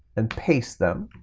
and paste them.